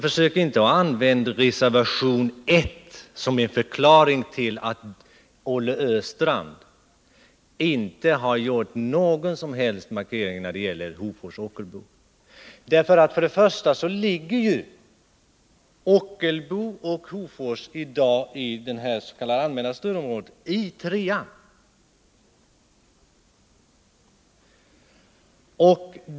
Försök inte använda reservation 1 som en förklaring till att Olle Östrand inte har gjort någon som helst markering när det gäller Hofors och Ockelbo! Ockelbo och Hofors ligger i dag i det s.k. allmänna stödområdet, i stödområde 3.